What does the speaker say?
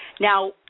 Now